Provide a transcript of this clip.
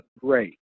great